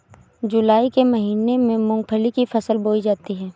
जूलाई के महीने में मूंगफली की फसल बोई जाती है